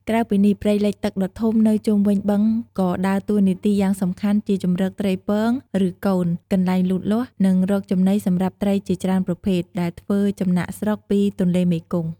ក្រៅពីនេះ ព្រៃលិចទឹកដ៏ធំនៅជុំវិញបឹងក៏ដើរតួនាទីយ៉ាងសំខាន់ជាជម្រកត្រីពង ឬកូន កន្លែងលូតលាស់ និងរកចំណីសម្រាប់ត្រីជាច្រើនប្រភេទ ដែលធ្វើចំណាកស្រុកពីទន្លេមេគង្គ។